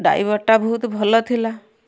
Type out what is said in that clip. ଡ୍ରାଇଭରଟା ଭଉତୁ ଭଲ ଥିଲା